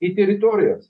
į teritorijas